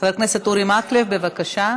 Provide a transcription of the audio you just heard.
חבר הכנסת אורי מקלב, בבקשה.